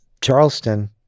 Charleston